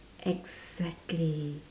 exactly